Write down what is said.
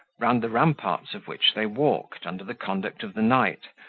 round the ramparts of which they walked, under the conduct of the knight,